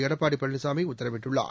எடப்பாடி பழனிசாமி உத்தரவிட்டுள்ளார்